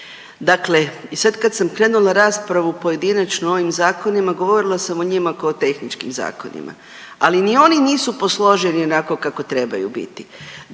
Dakle, sad kad sam krenula raspravu pojedinačnu o ovim zakonima govorila sam o njima kao tehničkim zakonima, ali ni oni nisu posloženi onako kako trebaju biti,